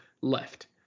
left